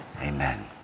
Amen